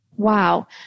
wow